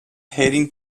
heading